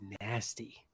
nasty